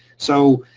so